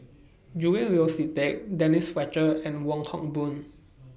Julian Yeo See Teck Denise Fletcher and Wong Hock Boon